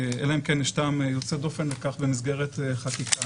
אלא אם כן יש טעם יוצא דופן לכך במסגרת חקיקה.